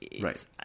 right